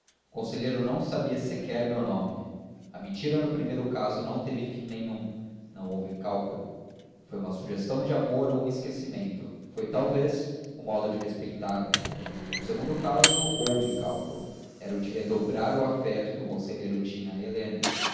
conselheiro não sabia sequer o meu nome a mentira no primeiro caso não teve fim nenhum não houve cálculo foi uma sugestão de amor ou um esquecimento foi talvez um modo de respeitar me no segundo caso houve cálculo era o de redobrar o afeto que o conselheiro tinha a helena